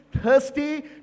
thirsty